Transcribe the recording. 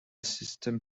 sustem